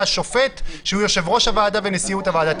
השופט שהוא יושב-ראש הוועדה ונשיאות הוועדה.